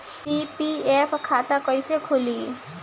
PPF खाता कैसे खुली?